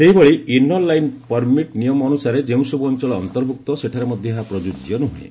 ସେହିଭଳି inner line permit ନିୟମ ଅନୁସାରେ ଯେଉଁସବୁ ଅଞ୍ଚଳ ଅନ୍ତର୍ଭୁକ୍ତ ସେଠାରେ ମଧ୍ୟ ଏହା ପ୍ରଯୁଜ୍ୟ ନୁହେଁ